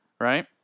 right